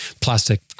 plastic